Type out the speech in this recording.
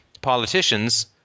politicians